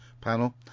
panel